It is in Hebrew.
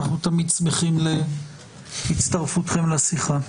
אנחנו תמיד שמחים להצטרפותכם לשיחה.